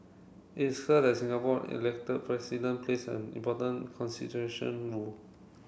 it is that Singapore elected President plays an important consideration rule